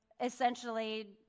essentially